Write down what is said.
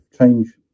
Change